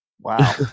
Wow